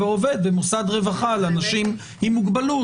ועובד במוסד רווחה לאנשים עם מוגבלות,